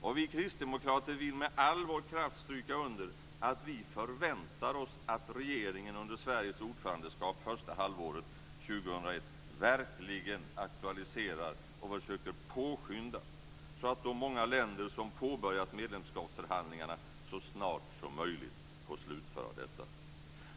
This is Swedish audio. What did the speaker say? Och vi kristdemokrater vill med all vår kraft stryka under att vi förväntar oss att regeringen under Sveriges ordförandeskap första halvåret 2001 verkligen aktualiserar och försöker påskynda processen, så att de många länder som påbörjat medlemskapsförhandlingarna så snart som möjligt får slutföra dessa.